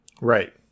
Right